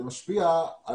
זה משפיע.